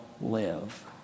live